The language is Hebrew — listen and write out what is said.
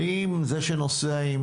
האם זה שנוסע עם